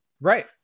Right